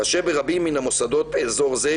כאשר ברבים מן המוסדות באזור זה,